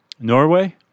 Norway